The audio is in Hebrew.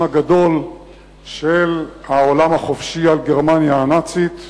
הגדול של העולם החופשי על גרמניה הנאצית.